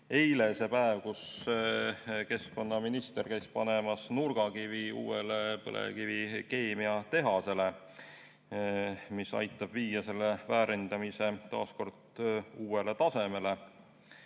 eile see päev, kui keskkonnaminister käis panemas nurgakivi uuele põlevkivikeemiatehasele, mis aitab viia selle väärindamise taas kord uuele tasemele.